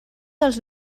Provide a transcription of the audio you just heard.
dels